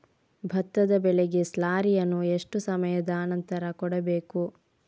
ಭತ್ತದ ಬೆಳೆಗೆ ಸ್ಲಾರಿಯನು ಎಷ್ಟು ಸಮಯದ ಆನಂತರ ಕೊಡಬೇಕು?